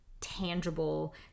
tangible